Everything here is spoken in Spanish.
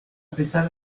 pesar